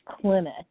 clinic